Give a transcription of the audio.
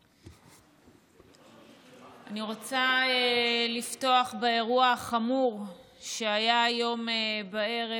אני רוצה לפתוח באירוע החמור שהיה היום בערב,